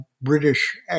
British